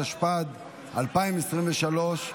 התשפ"ד 2023,